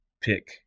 pick